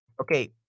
okay